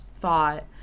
thought